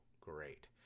great